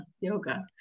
yoga